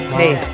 hey